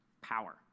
power